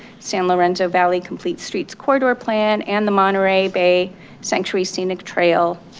san lorenzo valley complete streets corridor plan and the monterey bay century scenic trail,